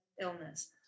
illness